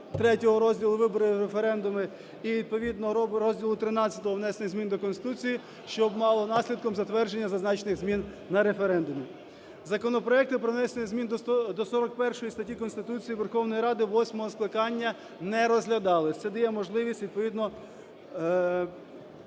розділу "Вибори. Референдум" і, відповідно, розділу ХІІІ "Внесення змін до Конституції", щоб мало наслідком затвердження зазначених змін на референдумі. Законопроекти про внесення змін до 41 статті Конституції Верховної Ради восьмого скликання не розглядались. Це дає можливість відповідно